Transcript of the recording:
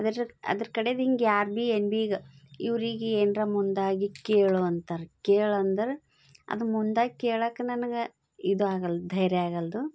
ಅದ್ರ ಅದ್ರ ಕಡೆದು ಹಿಂಗೆ ಯಾರು ಭೀ ಏನು ಭೀ ಈಗ ಇವ್ರಿಗೆ ಏನಾರ ಮುಂದಾಗಿ ಕೇಳು ಅಂತಾರೆ ಕೇಳು ಅಂದ್ರು ಅದು ಮುಂದಾಗಿ ಕೇಳೋಕೆ ನನಗೆ ಇದು ಆಗಲ್ಲ ಧೈರ್ಯ ಆಗಲ್ದು